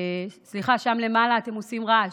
סליחה, שם למעלה, אתם עושים רעש,